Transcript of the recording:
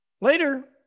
later